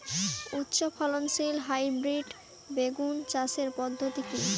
উচ্চ ফলনশীল হাইব্রিড বেগুন চাষের পদ্ধতি কী?